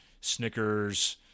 Snickers